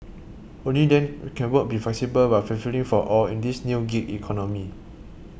only then can work be flexible but fulfilling for all in this new gig economy